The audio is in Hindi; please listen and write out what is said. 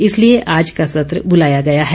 इसलिए आज का सत्र बुलाया गया है